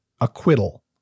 acquittal